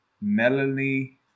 Melanie